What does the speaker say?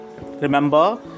Remember